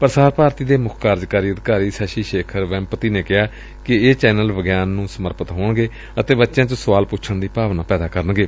ਪ੍ਸਾਰ ਭਾਰਤੀ ਦੇ ਮੁੱਖ ਕਾਰਜਕਾਰੀ ਅਧਿਕਾਰੀ ਸ਼ਸ਼ੀ ਸ਼ੇਖਰ ਵੈਂਪਤੀ ਨੇ ਕਿਹਾ ਕਿ ਇਹ ਚੈਨਲ ਵਿਗਿਆਨ ਨੰ ਸਮਰਪਿਤ ਹੋਣਗੇ ਅਤੇ ਬਚਿਆਂ ਚ ਸੁਆਲ ਪੁੱਛਣ ਦੀ ਭਾਵਨਾ ਪੈਦਾ ਕਰਨਗੇ